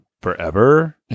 forever